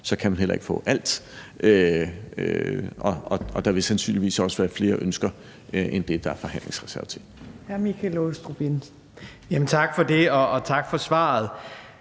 kr. kan man heller ikke få alt, og der vil sandsynligvis også være flere ønsker, end der er forhandlingsreserve til. Kl. 14:59 Fjerde næstformand